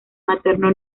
materno